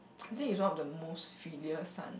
I think he's one of the most filial son